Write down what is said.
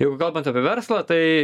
jeigu kalbant apie verslą tai